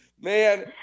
man